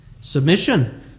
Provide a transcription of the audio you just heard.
Submission